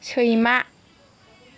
सैमा